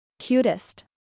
Cutest